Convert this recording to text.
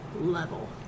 level